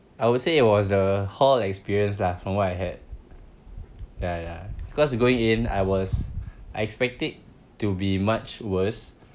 I would say it was the hall experience lah from what I heard ya ya cause going in I was I expect it to be much worse